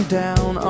down